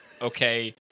Okay